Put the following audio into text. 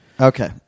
Okay